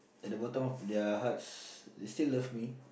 at the bottom of their hearts they still love me